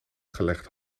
gelegd